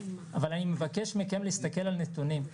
אבל אני מבקש מכם להסתכל על נתונים.